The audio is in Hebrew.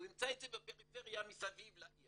הוא ימצא את זה בפריפריה מסביב לעיר,